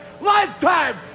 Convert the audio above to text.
lifetime